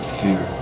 fear